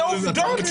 זה עובדות?